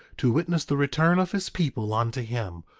to witness the return of his people unto him,